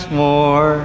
more